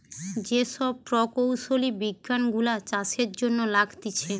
যে সব প্রকৌশলী বিজ্ঞান গুলা চাষের জন্য লাগতিছে